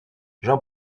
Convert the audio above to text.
jean